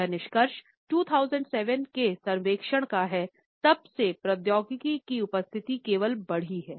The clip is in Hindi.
यह निष्कर्ष 2007 के सर्वेक्षण का हैं तब से प्रौद्योगिकी की उपस्थिति केवल बढ़ी है